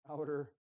outer